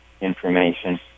information